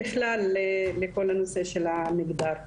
ובכלל בכל הנושא של המגדר.